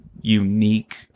unique